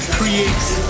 creates